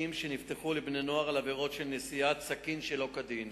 שאל את השר לביטחון פנים ביום כ"ו באייר תשס"ט (20 במאי